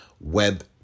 web